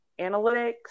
analytics